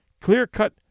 clear-cut